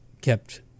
kept